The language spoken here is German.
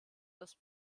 ist